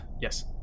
yes